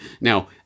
Now